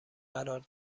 قرار